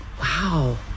Wow